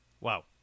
Wow